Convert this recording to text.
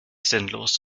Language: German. sinnlos